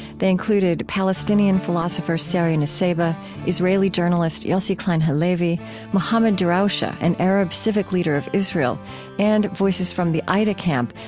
they included palestinian philosopher sari nusseibeh israeli journalist yossi klein halevi mohammad darawshe, ah an arab civic leader of israel and voices from the aida camp,